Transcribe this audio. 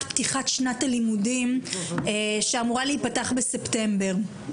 פתיחת שנת הלימודים שאמורה להיפתח בספטמבר.